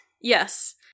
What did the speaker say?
Yes